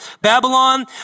Babylon